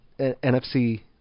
NFC